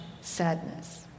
sadness